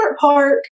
Park